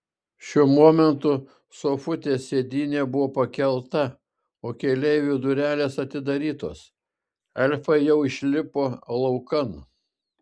šiuo momentu sofutės sėdynė buvo pakelta o keleivių durelės atidarytos elfai jau išlipo laukan